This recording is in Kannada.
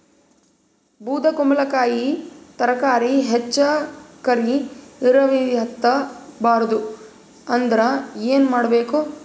ಬೊದಕುಂಬಲಕಾಯಿ ತರಕಾರಿ ಹೆಚ್ಚ ಕರಿ ಇರವಿಹತ ಬಾರದು ಅಂದರ ಏನ ಮಾಡಬೇಕು?